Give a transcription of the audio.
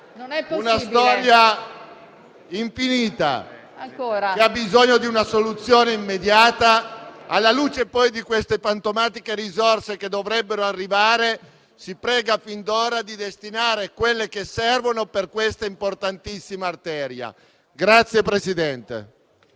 una storia infinita, che ha bisogno di una soluzione immediata. Alla luce, poi, di queste fantomatiche risorse che dovrebbero arrivare, si prega fin d'ora di destinare quelle che servono a questa importantissima arteria.